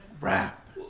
rap